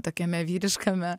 tokiame vyriškame